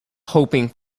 hoping